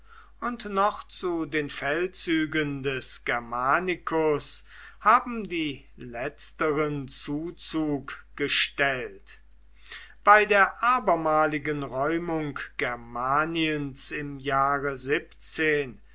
und noch zu den feldzügen des germanicus haben die letzteren zuzug gestellt bei der abermaligen räumung germaniens im jahre